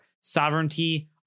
sovereignty